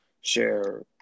share